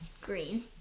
green